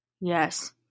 Yes